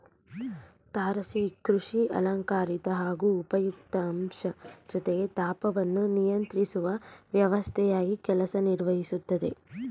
ತಾರಸಿ ಕೃಷಿ ಅಲಂಕಾರಿಕ ಹಾಗೂ ಉಪಯುಕ್ತ ಅಂಶ ಜೊತೆಗೆ ತಾಪವನ್ನು ನಿಯಂತ್ರಿಸುವ ವ್ಯವಸ್ಥೆಯಾಗಿ ಕೆಲಸ ನಿರ್ವಹಿಸ್ತದೆ